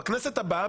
בכנסת הבאה,